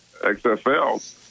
XFL